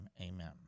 Amen